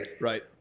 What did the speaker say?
right